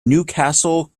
newcastle